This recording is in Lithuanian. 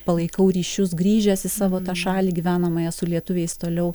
palaikau ryšius grįžęs į savo šalį gyvenamąją su lietuviais toliau